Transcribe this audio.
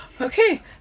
okay